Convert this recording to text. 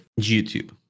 YouTube